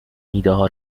ایدهها